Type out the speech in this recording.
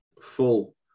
full